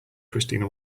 christina